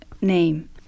name